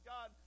God